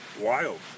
wild